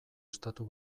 estatu